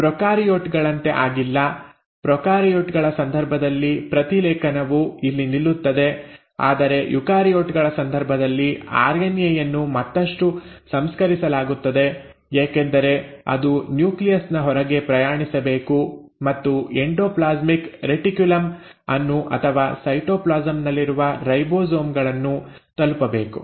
ಆದ್ದರಿಂದ ಪ್ರೊಕಾರಿಯೋಟ್ ಗಳಂತೆ ಆಗಿಲ್ಲ ಪ್ರೊಕಾರಿಯೋಟ್ ಗಳ ಸಂದರ್ಭದಲ್ಲಿ ಪ್ರತಿಲೇಖನವು ಇಲ್ಲಿ ನಿಲ್ಲುತ್ತದೆ ಆದರೆ ಯುಕಾರಿಯೋಟ್ ಗಳ ಸಂದರ್ಭದಲ್ಲಿ ಆರ್ಎನ್ಎ ಯನ್ನು ಮತ್ತಷ್ಟು ಸಂಸ್ಕರಿಸಲಾಗುತ್ತದೆ ಏಕೆಂದರೆ ಅದು ನ್ಯೂಕ್ಲಿಯಸ್ ನ ಹೊರಗೆ ಪ್ರಯಾಣಿಸಬೇಕು ಮತ್ತು ಎಂಡೋಪ್ಲಾಸ್ಮಿಕ್ ರೆಟಿಕ್ಯುಲಮ್ ಅನ್ನು ಅಥವಾ ಸೈಟೋಪ್ಲಾಸಂ ನಲ್ಲಿರುವ ರೈಬೋಸೋಮ್ ಗಳನ್ನು ತಲುಪಬೇಕು